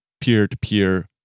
peer-to-peer